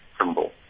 symbol